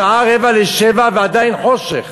בשעה 06:45 ועדיין חושך?